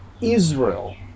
israel